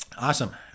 Awesome